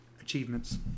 Achievements